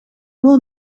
will